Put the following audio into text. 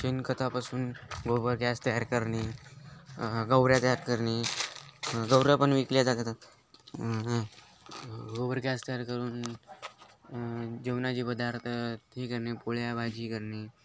शेणखतापासून गोबर गॅस तयार करणे गोवऱ्या तयार करणे गोवऱ्या पण विकल्या जातात गोबर गॅस तयार करून जेवणाचे पदार्थ हे करणे पोळ्या भाजी करणे